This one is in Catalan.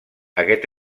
aquest